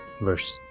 verse